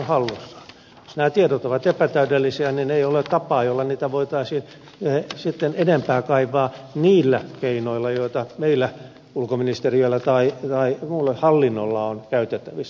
jos nämä tiedot ovat epätäydellisiä niin ei ole tapaa jolla niitä voitaisiin sitten enempää kaivaa niillä keinoilla joita meillä ulkoministeriöllä tai muulla hallinnolla on käytettävissä